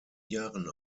jahren